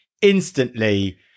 instantly